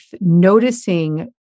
noticing